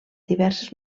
diverses